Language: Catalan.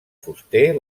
fuster